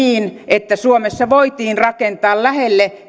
että suomessa voitiin rakentaa lähelle